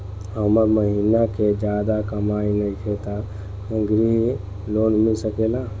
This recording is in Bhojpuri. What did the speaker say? हमर महीना के ज्यादा कमाई नईखे त ग्रिहऽ लोन मिल सकेला?